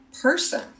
person